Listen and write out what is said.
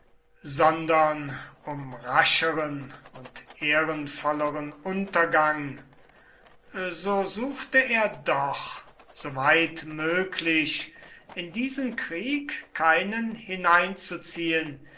sondern um rascheren und ehrenvolleren untergang so suchte er doch soweit möglich in diesen krieg keinen hineinzuziehen